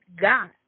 God